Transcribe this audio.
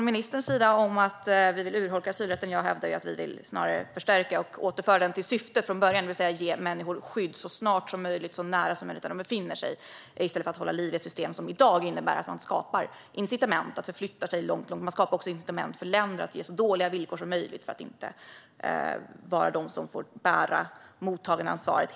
Ministern talar om att vi vill urholka asylrätten. Jag hävdar att vi snarare vill förstärka den och återupprätta det syfte den hade från början, det vill säga att ge människor skydd så snart som möjligt och så nära den plats där de befinner sig som möjligt, i stället för att hålla liv i ett system som i dag innebär att man skapar incitament för människor att förflytta sig långt. Man skapar också incitament för länder att ge så dåliga villkor som möjligt för att slippa vara de som helt ensamma som får bära mottagaransvaret.